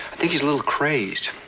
think he's a little crazed.